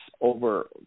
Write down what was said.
over